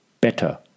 better